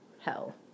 hell